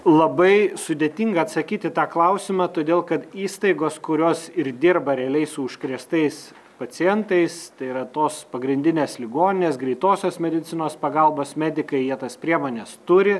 labai sudėtinga atsakyt į tą klausimą todėl kad įstaigos kurios ir dirba realiai su užkrėstais pacientais tai yra tos pagrindinės ligoninės greitosios medicinos pagalbos medikai jie tas priemones turi